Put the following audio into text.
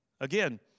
Again